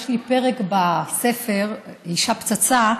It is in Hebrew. יש לי פרק בספר "אישה פצצה"